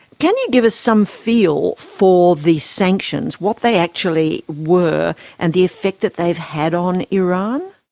can you give us some feel for the sanctions, what they actually were and the effect that they've had on iran?